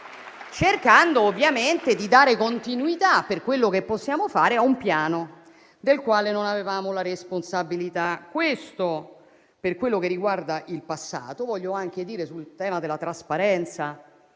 cercando ovviamente di dare continuità, per quello che possiamo fare, a un Piano del quale non avevamo la responsabilità. Questo per quello che riguarda il passato. Senatore Misiani, anche sul tema della trasparenza